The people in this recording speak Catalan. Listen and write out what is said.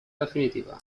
definitiva